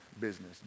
business